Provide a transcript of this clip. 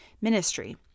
ministry